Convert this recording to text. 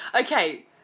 Okay